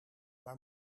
maar